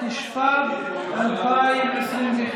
התשפ"ב 2021,